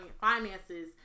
finances